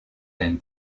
dein